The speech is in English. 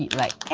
like.